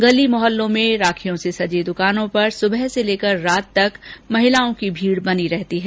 गली मोहल्लों में राखियों से सजी दुकानों पर सुबह से लेकर रात तक महिलाओं की भीड़ बनी रहती है